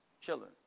children